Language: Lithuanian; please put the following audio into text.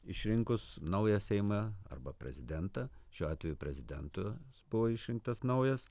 išrinkus naują seimą arba prezidentą šiuo atveju prezidentu buvo išrinktas naujas